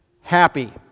happy